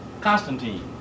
Constantine